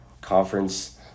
conference